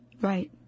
Right